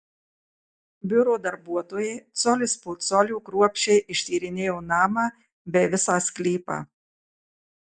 biuro darbuotojai colis po colio kruopščiai ištyrinėjo namą bei visą sklypą